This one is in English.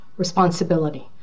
responsibility